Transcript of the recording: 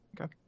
Okay